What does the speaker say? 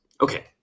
Okay